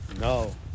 No